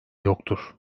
yoktur